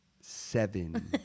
Seven